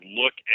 look